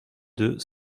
deux